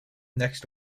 next